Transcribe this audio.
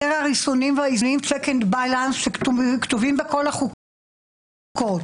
הריסונים והאיזונים שכתובים בכל החוקות.